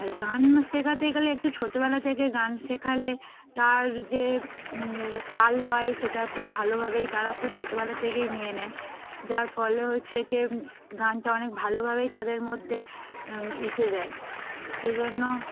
আর গান শেখাতে গেলে একটু ছোটোবেলা থেকে গান শেখালে তার যে তাল লয় সেটা খুব ভালোভাবেই তারা খুব ছোটোবেলা থেকেই নিয়ে নেয় যার ফলে হচ্ছে ক গানটা অনেক ভালোভাবেই তাদের মধ্যে এসে যায় সেজন্য